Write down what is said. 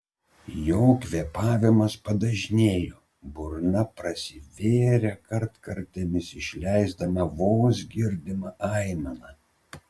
jo kvėpavimas padažnėjo burna prasivėrė kartkartėmis išleisdama vos girdimą aimaną